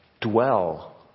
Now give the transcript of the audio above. dwell